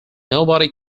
nobody